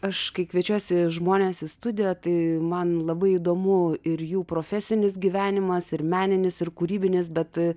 aš kai kviečiuosi žmones į studiją tai man labai įdomu ir jų profesinis gyvenimas ir meninis ir kūrybinis bet